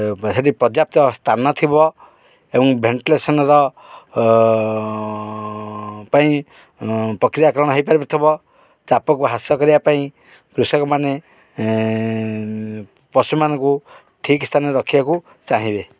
ସେଠି ପର୍ଯ୍ୟାପ୍ତ ସ୍ଥାନ ଥିବ ଏବଂ ଭେଣ୍ଟିଲେସନ୍ର ପାଇଁ ପ୍ରକ୍ରିୟାକରଣ ହେଇପାରିବ ଥିବ ତାପକୁ ହ୍ରାସ କରିବା ପାଇଁ କୃଷକମାନେ ପଶୁମାନଙ୍କୁ ଠିକ୍ ସ୍ଥାନରେ ରଖିବାକୁ ଚାହିଁବେ